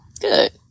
Good